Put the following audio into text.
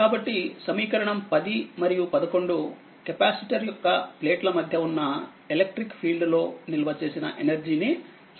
కాబట్టి సమీకరణం 10 మరియు 11 కెపాసిటర్యొక్కప్లేట్లమధ్య ఉన్న ఎలక్ట్రిక్ ఫీల్డ్ లో నిల్వ చేసిన ఎనర్జీ ని సూచిస్తుంది